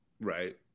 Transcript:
Right